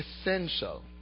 essential